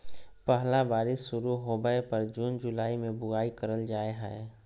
पहला बारिश शुरू होबय पर जून जुलाई में बुआई करल जाय हइ